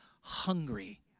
hungry